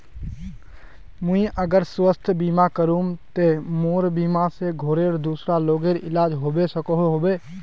मुई अगर स्वास्थ्य बीमा करूम ते मोर बीमा से घोरेर दूसरा लोगेर इलाज होबे सकोहो होबे?